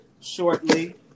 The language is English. shortly